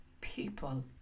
People